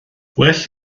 well